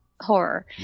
horror